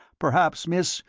perhaps, miss,